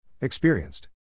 Experienced